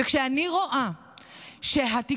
וכשאני רואה שהתקשורת